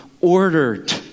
ordered